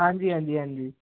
ਹਾਂਜੀ ਹਾਂਜੀ ਹਾਂਜੀ